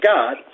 God